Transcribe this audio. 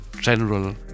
general